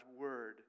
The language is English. word